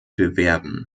bewerben